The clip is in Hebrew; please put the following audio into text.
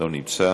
לא נמצא.